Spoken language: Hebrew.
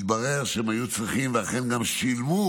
התברר שהם היו צריכים לשלם, ואכן גם שילמו,